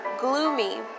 gloomy